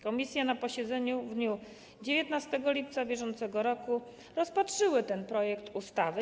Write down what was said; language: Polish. Komisje na posiedzeniu w dniu 19 lipca br. rozpatrzyły ten projekt ustawy.